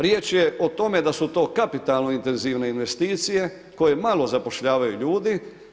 Riječ je o tome da su to kapitalno intenzivne investicije koje malo zapošljavaju ljudi.